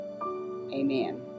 Amen